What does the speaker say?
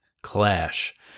clash